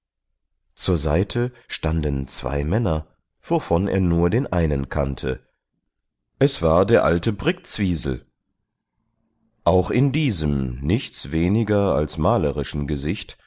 zur seite standen zwei männer wovon er nur den einen kannte es war der alte brktzwisl auch in diesem nichts weniger als malerischen gesicht